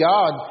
God